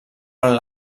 durant